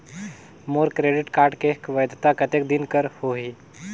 मोर credit card के वैधता कतेक दिन कर होही?